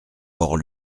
hors